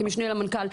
כמשנה למנכ"ל,